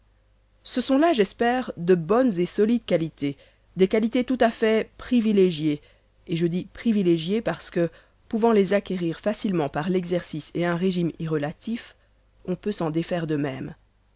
ce sont là j'espère de bonnes et solides qualités des qualités tout-à-fait privilégiées et je dis privilégiées parce que pouvant les acquérir facilement par l'exercice et un régime y relatif on peut s'en défaire de même